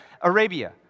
Arabia